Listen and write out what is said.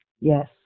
Yes